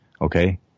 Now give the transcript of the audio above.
okay